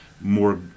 more